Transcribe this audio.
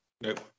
Nope